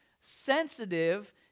sensitive